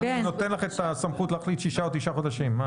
אני נותן לך את הסמכות להחליט שישה או תשעה חודשים.